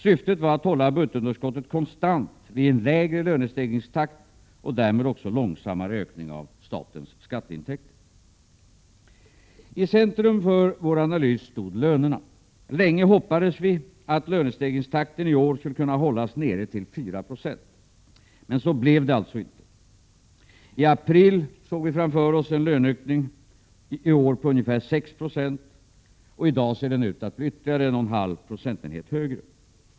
Syftet var att hålla budgetunderskottet konstant vid en lägre lönestegringstakt och därmed också långsammare ökning av statens skatteintäkter. I centrum för vår analys stod lönerna. Länge hoppades vi på att lönestegringstakten i år skulle kunna hållas nere vid 4 96. Men så blev det alltså inte. I april såg vi framför oss en löneökning i år på ungefär 6 96, och i dag ser den ut att bli ytterligare en halv procentenhet högre.